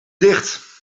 dicht